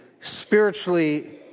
spiritually